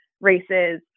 races